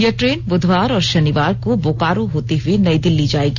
यह ट्रेन बुधवार और शनिवार को बोकारो होते हुए नई दिल्ली जाएगी